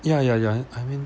ya ya ya I mean